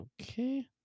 Okay